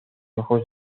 ojos